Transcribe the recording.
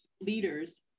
leaders